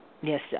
Yes